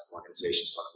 organizations